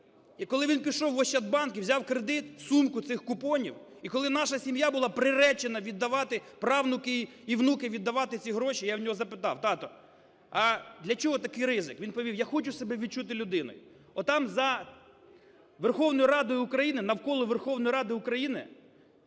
І коли він пішов в "Ощадбанк" і взяв кредит – сумку цих купонів, і коли наша сім'я була приречена віддавати правнуки і внуки віддавати ці гроші, я в нього запитав: тато, а для чого такий ризик? Він відповів: я хочу себе відчути людиною. Отам за Верховною Радою України, навколо Верховної Ради України